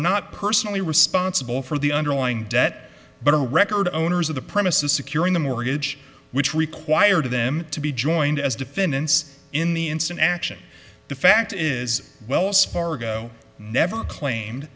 not personally responsible for the underlying debt but a record owners of the premises securing the mortgage which required them to be joined as defendants in the ensign action the fact is wells fargo never claimed